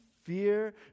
Fear